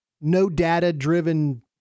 no-data-driven